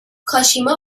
کاشیما